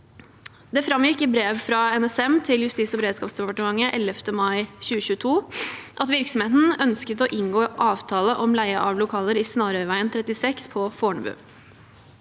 Det framgikk i brev fra NSM til Justis- og beredskapsdepartementet av 11. mai 2022 at virksomheten ønsket å inngå avtale om leie av lokaler i Snarøyveien 36 på Fornebu.